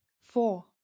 four